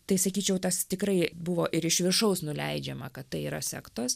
tai sakyčiau tas tikrai buvo ir iš viršaus nuleidžiama kad tai yra sektos